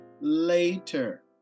later